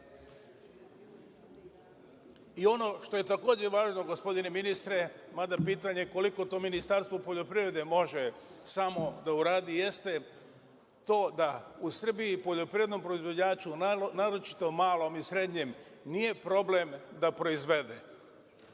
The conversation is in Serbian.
mere. Ono što je, takođe, važno, gospodine ministre, mada pitanje koliko to Ministarstvo poljoprivrede može samo da uradi, jeste to da poljoprivrednom proizvođaču, naročito malom i srednjem, nije problem da proizvede.